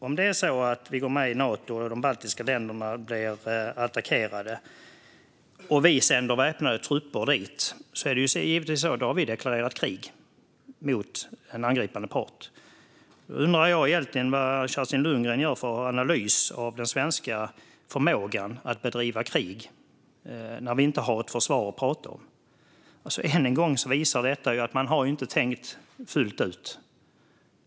Om det är så att vi går med i Nato, de baltiska länderna blir attackerade och vi sänder väpnade trupper dit, då har vi givetvis deklarerat krig mot en angripande part. Då undrar jag vad Kerstin Lundgren gör för analys av den svenska förmågan att bedriva krig när vi inte har ett försvar att tala om. Än en gång visar detta att man inte har tänkt fullt ut.